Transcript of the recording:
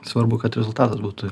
svarbu kad rezultatas būtų